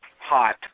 hot